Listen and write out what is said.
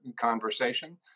conversation